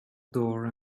door